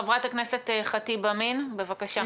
חברת הכנסת אימאן ח'טיב.